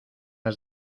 has